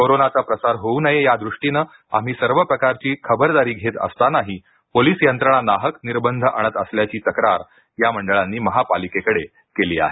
कोरोनाचा प्रसार होऊ नये यादृष्टीनं आम्ही सर्व प्रकारची खबरदारी घेत असतानाही पोलीस यंत्रणा नाहक निर्बंध आणत असल्याची तक्रार या मंडळांनी महापालिकेकडे केली आहे